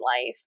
life